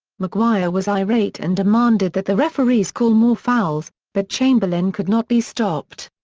mcguire was irate and demanded that the referees call more fouls, but chamberlain could not be stopped.